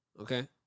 Okay